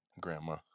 Grandma